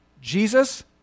Jesus